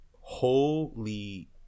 holy